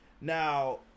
Now